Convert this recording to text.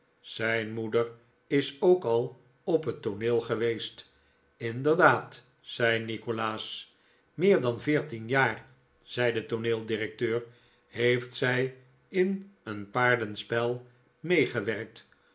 zijn moeder is ook al op het tooneel geweest inderdaad zei nikolaas meer dan veertien jaar zei de tooneeldirecteur heeft zij in een paardenspel meegewerkt